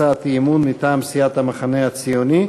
הצעת אי-אמון מטעם המחנה הציוני.